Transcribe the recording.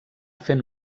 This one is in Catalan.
fent